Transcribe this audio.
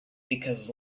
because